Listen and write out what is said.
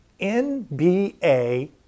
NBA